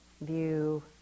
view